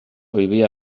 vivia